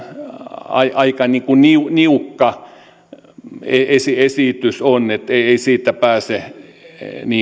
aika niukka esitys esitys on ei siitä pääse